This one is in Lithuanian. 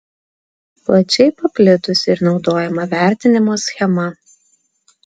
plačiai paplitusi ir naudojama vertinimo schema